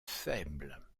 faible